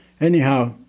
Anyhow